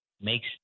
makes